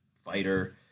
fighter